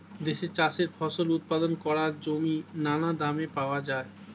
দেশে চাষের ফসল উৎপাদন করার জমি নানা দামে পাওয়া যায়